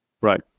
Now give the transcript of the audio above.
Right